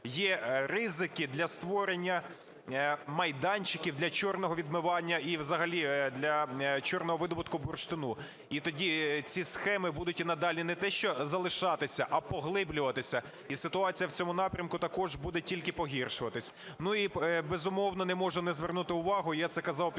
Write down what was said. є ризики для створення майданчиків для "чорного" відмивання і взагалі для "чорного" видобутку бурштину. І тоді ці схеми будуть і надалі не те що залишатися, а поглиблюватися. І ситуація в цьому напрямку також буде тільки погіршуватись. І, безумовно, не можу не звернути увагу, і я це казав під